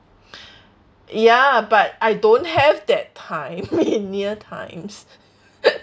ya but I don't have that time in near times